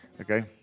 Okay